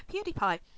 pewdiepie